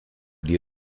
die